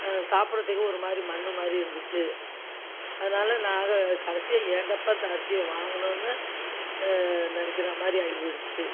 சாப்பிடறதுக்கே ஒரு மாதிரி மண் மாதிரி இருந்துச்சு அதனால் நான் கடைசியாக ஏண்டாப்பா அந்த அரிசியை வாங்கினோன்னு நினைக்கிற மாதிரி ஆகிப்போயிடுச்சு